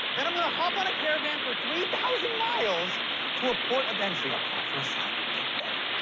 then i'm gonna hop on a caravan for three thousand miles to a port of entry, apply for asylum, get vetted,